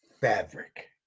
fabric